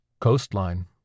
coastline